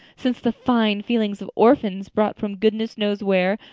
since the fine feelings of orphans, brought from goodness knows where,